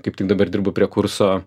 kaip tik dabar dirbu prie kurso